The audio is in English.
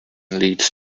lead